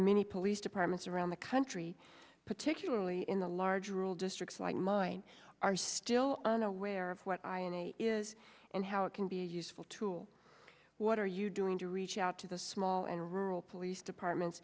many police departments around the country particularly in the larger world districts like mine are still unaware of what is and how it can be a useful tool what are you doing to reach out to the smaller rural police departments